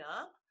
up